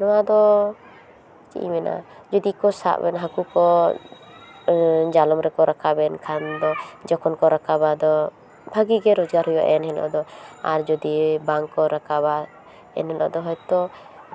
ᱱᱚᱣᱟ ᱫᱚ ᱪᱮᱫ ᱤᱧ ᱢᱮᱱᱟ ᱡᱩᱫᱤ ᱠᱚ ᱥᱟᱵ ᱮᱱ ᱦᱟᱹᱠᱩ ᱠᱚ ᱡᱟᱞᱟᱢ ᱨᱮᱠᱚ ᱨᱟᱠᱟᱵ ᱮᱱ ᱠᱷᱟᱱ ᱫᱚ ᱡᱚᱠᱷᱚᱱ ᱠᱚ ᱨᱟᱠᱟᱵᱟ ᱫᱚ ᱵᱷᱟᱹᱜᱮ ᱜᱮ ᱨᱳᱡᱽᱜᱟᱨ ᱦᱩᱭᱩᱜᱼᱟ ᱮᱱᱦᱤᱞᱳᱜ ᱫᱚ ᱟᱨ ᱡᱩᱫᱤ ᱵᱟᱝ ᱠᱚ ᱨᱟᱠᱟᱵᱟ ᱮᱱᱦᱤᱞᱳᱜ ᱫᱚ ᱦᱳᱭᱛᱳ